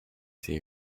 see